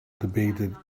debated